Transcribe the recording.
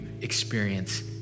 experience